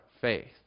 faith